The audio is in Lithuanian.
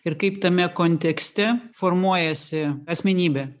ir kaip tame kontekste formuojasi asmenybė